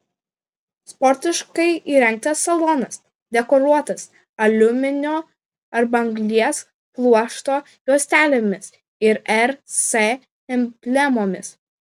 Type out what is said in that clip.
sportiškai įrengtas salonas dekoruotas aliuminio arba anglies pluošto juostelėmis ir rs emblemomis